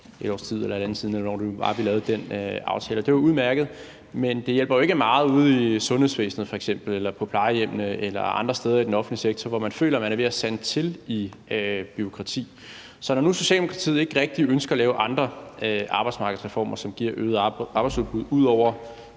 år siden, eller hvornår det nu var, vi lavede den aftale. Og det var udmærket, men det hjælper jo ikke meget ude i f.eks. sundhedsvæsenet eller på plejehjemmene eller andre steder i den offentlige sektor, hvor man føler, at man er ved at sande til i bureaukrati. Så når nu Socialdemokratiet ikke rigtig ønsker at lave andre arbejdsmarkedsreformer, som giver et øget arbejdsudbud,